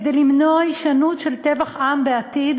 כדי למנוע הישנות של טבח עם בעתיד,